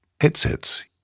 headsets